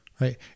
Right